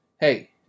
hey